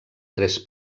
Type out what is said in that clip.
tres